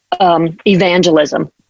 evangelism